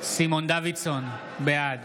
סימון דוידסון, בעד